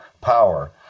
power